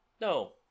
No